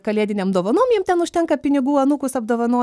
kalėdinėm dovanom jiem ten užtenka pinigų anūkus apdovanoja